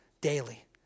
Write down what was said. daily